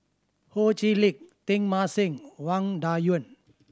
Ho Chee Lick Teng Mah Seng Wang Dayuan